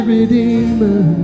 Redeemer